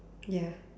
ya